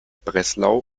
breslau